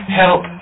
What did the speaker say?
help